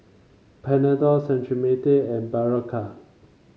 Panadol Cetrimide and Berocca